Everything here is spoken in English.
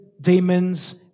demons